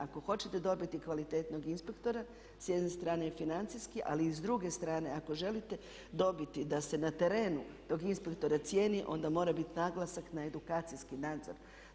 Ako hoćete dobiti kvalitetnog inspektora s jedne strane je financijski ali i s druge strane ako želite dobiti da se na terenu tog inspektora cijeni onda mora biti naglasak na edukacijski nadzor.